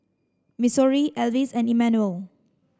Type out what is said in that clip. Missouri Alvis and Immanuel